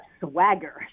swagger